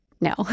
No